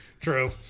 True